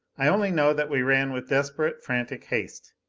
i only know that we ran with desperate, frantic haste.